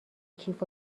کیف